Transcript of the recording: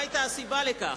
מה היתה הסיבה לכך?